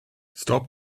stop